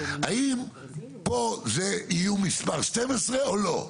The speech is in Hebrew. האם פה יהיו מספר 12 או לא?